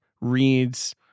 reads